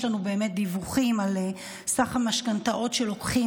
יש לנו דיווחים על המשכנתאות שלוקחים,